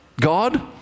God